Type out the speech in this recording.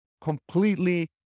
completely